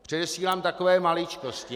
Předesílám takové maličkosti.